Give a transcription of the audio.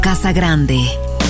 Casagrande